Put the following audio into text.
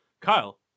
Kyle